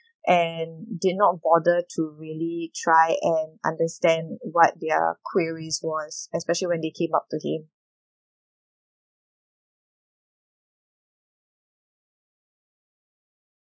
and did not bother to really try and understand what their queries was especially when they came up to him